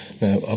Now